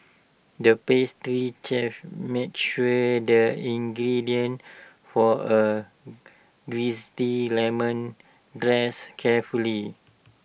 the pastry chef measured the ingredients for A Zesty Lemon Dessert carefully